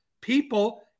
people